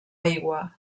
aigua